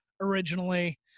originally